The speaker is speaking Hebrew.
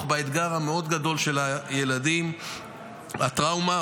באתגר המאוד-גדול של הילדים מהטראומה,